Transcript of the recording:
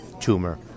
tumor